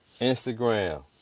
Instagram